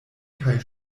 kaj